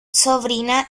sobrina